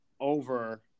over